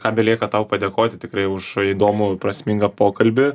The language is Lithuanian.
ką belieka tau padėkoti tikrai už įdomų prasmingą pokalbį